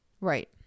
Right